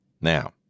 Now